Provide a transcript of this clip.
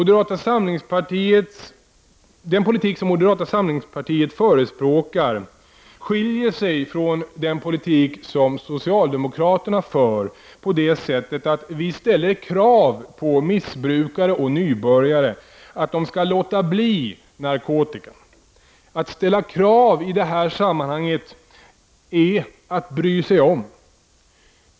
Den politik som moderata samlingspartiet förespråkar skiljer sig från den politik som socialdemokraterna för så till vida att vi kräver av missbrukare och nybörjare att de skall låta bli narkotikan. Att ställa krav i detta sammanhang är att bry sig om.